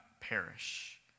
perish